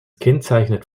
kennzeichnet